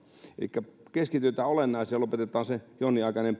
elikkä keskitytään olennaiseen ja lopetetaan